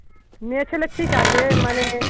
মেয়ে ছেলে ঠিক আছে মানে